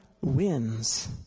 wins